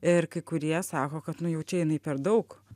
ir kai kurie sako kad nu jau čia jinai perdaug